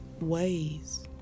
ways